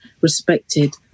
respected